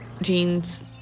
jeans